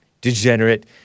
degenerate